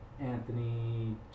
Anthony